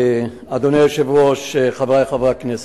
אדוני היושב-ראש, חברי חברי הכנסת,